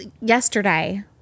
yesterday